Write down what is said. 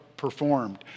performed